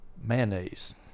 mayonnaise